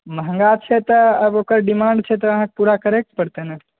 महँगा छै तऽ आब ओकर डिमाण्ड छै तऽ अहाँके पूरा करैके पड़तै ने